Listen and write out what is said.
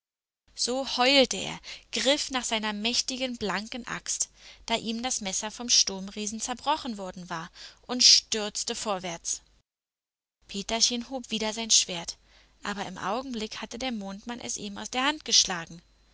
so heulte er griff nach seiner mächtigen blanken axt da ihm das messer vom sturmriesen zerbrochen worden war und stürzte vorwärts peterchen hob wieder sein schwert aber im augenblick hatte der mondmann es ihm aus der hand geschlagen